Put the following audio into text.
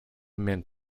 mint